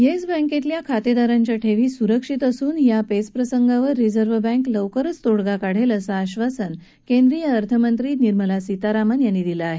yes बँकेतल्या खातेदारांच्या ठेवी सुरक्षित असून या पेच प्रसंगावर रिझर्व बँक लवकरच तोडगा काढेल असं आब्बासन केंद्रीय अर्थनंत्री निर्मला सीतारामन यांनी दिलं आहे